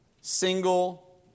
single